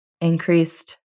increased